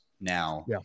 now